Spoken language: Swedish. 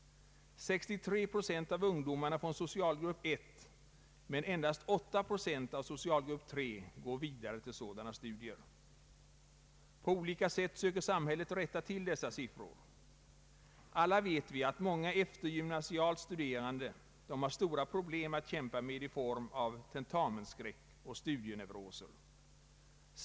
63 procent av ungdomarna från socialgrupp 1 men endast 8 procent från socialgrupp 3 går vidare till sådana studier. På olika sätt söker samhället rätta till dessa siffror. Alla vet vi att många eftergymnasialt studerande har stora problem att kämpa med i form av tentamensskräck och studieneuroser.